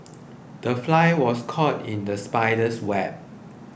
the fly was caught in the spider's web